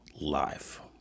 life